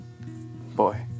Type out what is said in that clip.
Boy